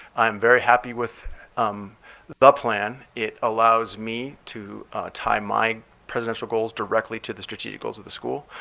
i am very happy with um the but plan. it allows me to tie my presidential goals directly to the strategic goals of the school.